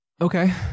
Okay